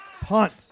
punt